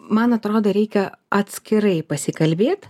man atrodo reikia atskirai pasikalbėt